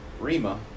Rima